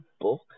book